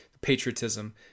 patriotism